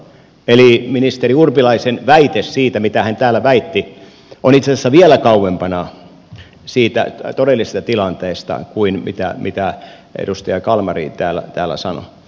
eli ministeri urpilaisen väite täällä on itse asiassa vielä kauempana siitä todellisesta tilanteesta kuin mitä edustaja kalmari täällä sanoi